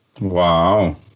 Wow